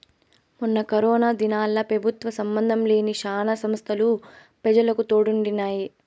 మొన్న కరోనా దినాల్ల పెబుత్వ సంబందం లేని శానా సంస్తలు పెజలకు తోడుండినాయి